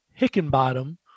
Hickenbottom